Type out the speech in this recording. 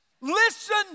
listen